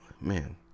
Man